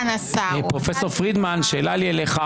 פרופ' פרידמן, שאלה לי אליך.